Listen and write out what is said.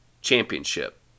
championship